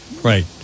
Right